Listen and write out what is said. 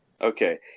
Okay